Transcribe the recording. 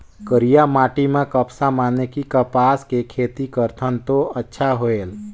करिया माटी म कपसा माने कि कपास के खेती करथन तो अच्छा होयल?